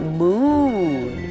moon